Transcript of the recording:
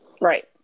Right